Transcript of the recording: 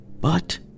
But-